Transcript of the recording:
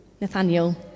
Nathaniel